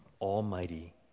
almighty